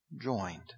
joined